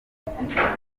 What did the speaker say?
nkunda